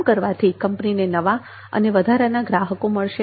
આમ કરવાથી કંપનીને નવા અને વધારાના ગ્રાહકો મળશે